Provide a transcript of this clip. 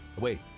wait